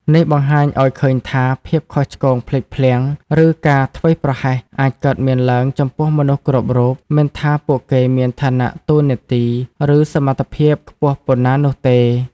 នេះបង្ហាញឱ្យឃើញថា ភាពខុសឆ្គង ភ្លេចភ្លាំង ឬការធ្វេសប្រហែស អាចកើតមានឡើងចំពោះមនុស្សគ្រប់រូប មិនថាពួកគេមានឋានៈតួនាទី ឬសមត្ថភាពខ្ពស់ប៉ុណ្ណានោះទេ។